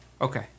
Okay